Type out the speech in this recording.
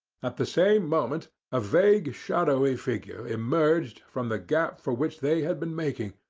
at the same moment a vague shadowy figure emerged from the gap for which they had been making,